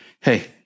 Hey